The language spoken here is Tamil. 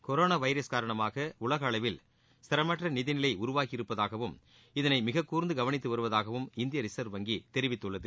கொரோனா வைரஸ் காரணமாக உலக அளவில் ஸ்திரமற்ற நிதிநிலை உருவாகி இருப்பதாகவும் இதனை மிகக்கூர்ந்து கவனித்து வருவதாகவும் இந்திய ரிசர்வ் வங்கி தெரிவித்துள்ளது